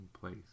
place